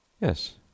Yes